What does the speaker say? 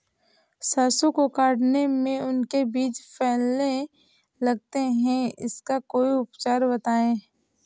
सरसो को काटने में उनके बीज फैलने लगते हैं इसका कोई उपचार बताएं?